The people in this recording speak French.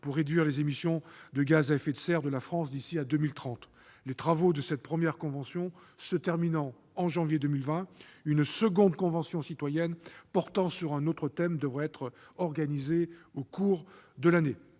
pour réduire les émissions de gaz à effet de serre de la France d'ici à 2030. Les travaux de cette première convention se terminant au mois de janvier 2020, une nouvelle convention citoyenne portant sur un autre thème devrait être organisée au cours de l'année